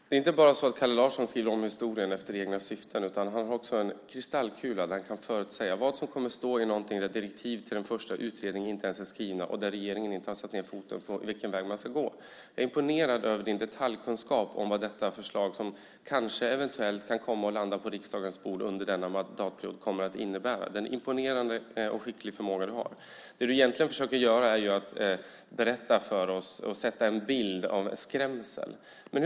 Herr talman! Kalle Larsson inte bara skriver om historien efter egna syften utan han har dessutom en kristallkula så att han kan förutsäga vad som kommer att stå i den första utredningen, trots att direktiven till den inte ens är skrivna och regeringen ännu inte satt ned foten beträffande vilken väg man ska gå. Jag är imponerad över Kalle Larssons detaljkunskap om vad förslaget, som eventuellt kan komma att landa på riksdagens bord under denna mandatperiod, kommer att innebära. Det är en imponerande och skicklig förmåga han har. Det Kalle Larsson i själva verket försöker göra är att ge oss en skrämselbild.